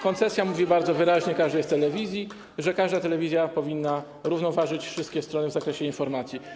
Koncesja mówi bardzo wyraźnie każdej telewizji, że każda telewizja powinna równoważyć wszystkie strony w zakresie informacji.